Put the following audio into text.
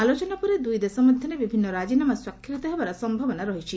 ଆଲୋଚନା ପରେ ଦୁଇ ଦେଶ ମଧ୍ୟରେ ବିଭିନ୍ନ ରାଜିନାମା ସ୍ୱାକ୍ଷରିତ ହେବା ସମ୍ଭାବନା ରହିଛି